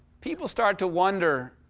people start to wonder